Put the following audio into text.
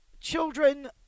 children